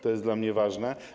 To jest dla mnie ważne.